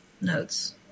notes